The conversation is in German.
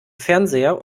fernseher